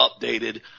updated